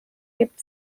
gibt